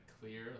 clear